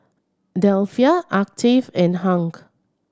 Delphia Octave and Hung